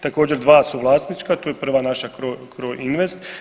Također dva su vlasnička, to je prva naša Croinvest.